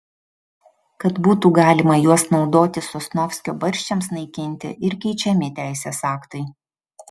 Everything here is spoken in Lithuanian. kad būtų galima juos naudoti sosnovskio barščiams naikinti ir keičiami teisės aktai